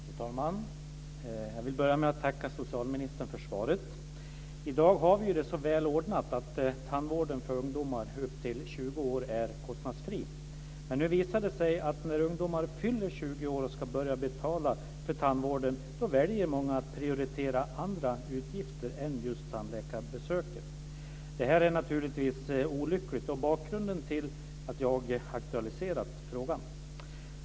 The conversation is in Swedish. Fru talman! Jag vill börja med att tacka socialministern för svaret. I dag har vi det så väl ordnat att tandvården för ungdomar upp till 20 år är kostnadsfri. Men nu visar det sig att många ungdomar, när de fyller 20 år och ska börja betala för tandvården, väljer att prioritera andra utgifter än just utgiften för tandläkarbesöket. Detta är naturligtvis olyckligt och bakgrunden till att jag aktualiserat frågan.